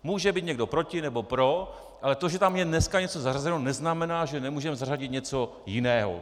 Může být někdo proti nebo pro, ale to, že tam je dnes něco zařazeno, neznamená, že nemůžeme zařadit něco jiného.